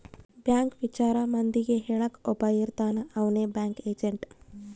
bank ವಿಚಾರ ಮಂದಿಗೆ ಹೇಳಕ್ ಒಬ್ಬ ಇರ್ತಾನ ಅವ್ನೆ ಬ್ಯಾಂಕ್ ಏಜೆಂಟ್